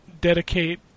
dedicate